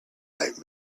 like